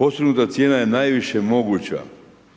postignuta cijena je najviše moguća,